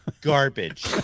garbage